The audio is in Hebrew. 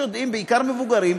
בעיקר מבוגרים,